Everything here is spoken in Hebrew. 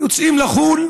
יוצאים לחו"ל